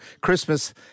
Christmas